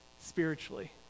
spiritually